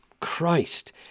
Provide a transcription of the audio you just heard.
Christ